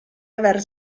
aver